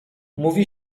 mówi